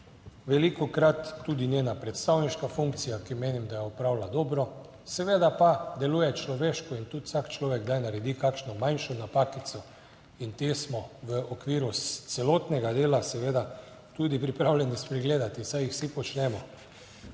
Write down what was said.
Velikokrat tudi njena predstavniška funkcija, ki menim, da jo opravlja dobro, seveda pa deluje človeško in tudi vsak človek kdaj naredi kakšno manjšo napakico in te smo v okviru celotnega dela seveda tudi pripravljeni spregledati, saj jih vsi počnemo.